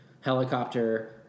helicopter